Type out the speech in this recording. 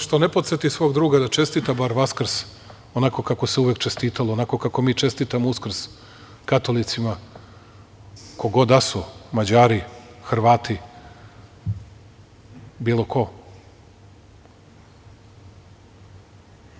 Što ne podseti svog druga bar da čestita Vaskrs onako kako se uvek čestitalo, onako kako mi čestitamo Uskrs katolicima, ko god da su, Mađari, Hrvati, bilo ko?